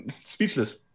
Speechless